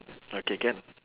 okay can